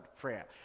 prayer